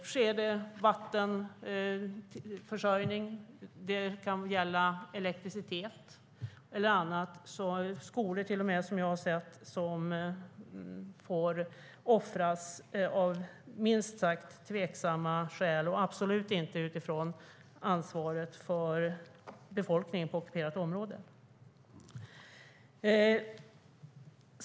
Det kan gälla vattenförsörjning, elektricitet eller till och med skolor, vilket jag har sett, som offras av minst sagt tveksamma skäl och absolut inte utifrån ansvaret för befolkningen på ockuperat område.